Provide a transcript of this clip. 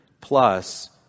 plus